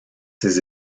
ses